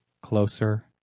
closer